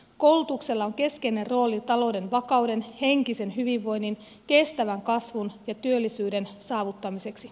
koulutuksella on keskeinen rooli talouden vakauden henkisen hyvinvoinnin kestävän kasvun ja työllisyyden saavuttamiseksi